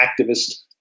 activist